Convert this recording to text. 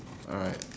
alright